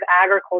agriculture